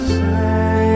say